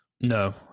No